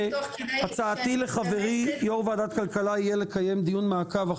הצעתי לחברי יושב-ראש ועדת כלכלה או